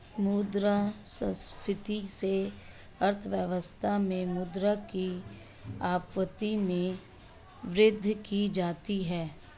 मुद्रा संस्फिति से अर्थव्यवस्था में मुद्रा की आपूर्ति में वृद्धि की जाती है